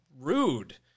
rude